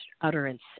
utterance